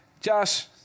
Josh